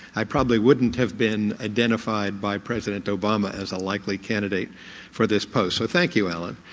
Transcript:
i probably wouldn't have been identified by president obama as a likely candidate for this post. so thank you alan.